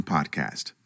Podcast